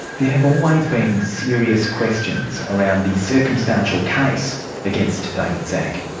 there have always been serious questions around the circumstantial case against david szach.